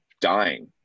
dying